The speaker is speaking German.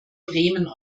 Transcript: bremen